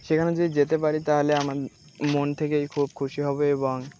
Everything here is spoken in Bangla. সেখানে যদি যেতে পারি তাহলে আমার মন থেকেই খুব খুশি হবে এবং